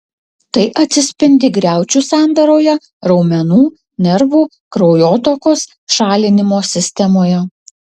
tai atsispindi griaučių sandaroje raumenų nervų kraujotakos šalinimo sistemoje